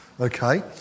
okay